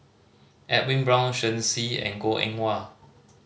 Edwin Brown Shen Xi and Goh Eng Wah